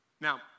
Now